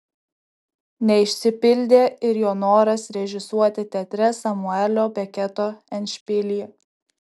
neišsipildė ir jo noras režisuoti teatre samuelio beketo endšpilį